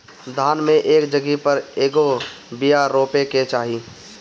धान मे एक जगही पर कएगो बिया रोपे के चाही?